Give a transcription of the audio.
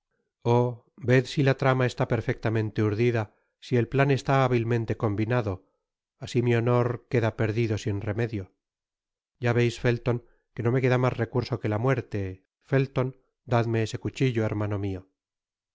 oh ved si la trama está perfectamente urdida si el plan está hábilmente combinadol asi mi honor queda perdido sin remedio ya veis felton que no me queda mas recurso que la muerte felton dadme ese cuchillo hermano mio